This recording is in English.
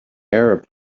arab